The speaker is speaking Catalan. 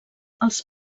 els